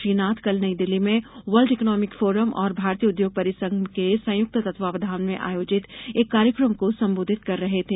श्री नाथ कल नई दिल्ली में world economic forum और भारतीय उद्योग परिसंघ के संयुक्त तत्वावधान में आयोजित एक कार्यक्रम को संबोधित कर रहे थे